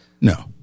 No